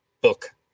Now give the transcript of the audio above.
book